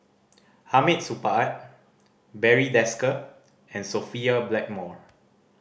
Hamid Supaat Barry Desker and Sophia Blackmore